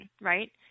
right